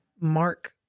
Mark